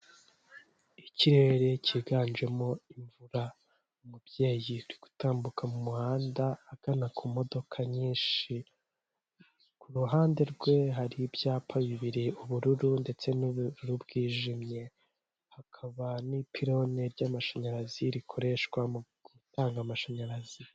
Ikirere cyiganjemo imvura umubyeyi uri gutambuka mu muhanda agana ku modoka nyinshi , ku ruhande rwe hari ibyapa bibiri by'ubururu ndetse n'uburu bwijimye hakaba n'ipiloni ry'amashanyarazi rikoreshwa mu gutanga amashanyarazi.